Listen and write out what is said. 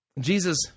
Jesus